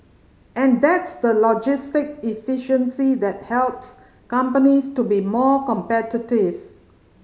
and that's the logistic efficiency that helps companies to be more competitive